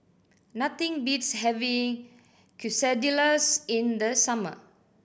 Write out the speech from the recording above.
nothing beats having Quesadillas in the summer